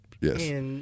yes